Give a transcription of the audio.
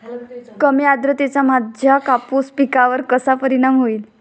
कमी आर्द्रतेचा माझ्या कापूस पिकावर कसा परिणाम होईल?